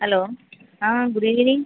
hello ah good evening